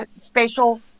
spatial